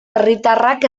herritarrak